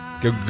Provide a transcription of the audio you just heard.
Go